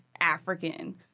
African